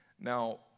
Now